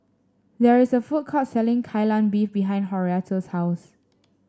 there is a food court selling Kai Lan Beef behind Horatio's house